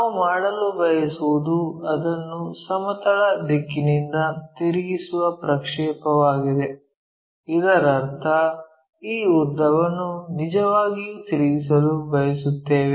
ನಾವು ಮಾಡಲು ಬಯಸುವುದು ಅದನ್ನು ಸಮತಲ ದಿಕ್ಕಿನಿಂದ ತಿರುಗಿಸುವ ಪ್ರಕ್ಷೇಪಯಾಗಿದೆ ಇದರರ್ಥ ಈ ಉದ್ದವನ್ನು ನಿಜವಾಗಿಯೂ ತಿರುಗಿಸಲು ಬಯಸುತ್ತೇವೆ